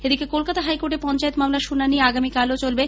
এদিকে কলকাতা হাইকোর্টে পঞ্চায়েত মামলার শুনানি আগামীকালও চলবে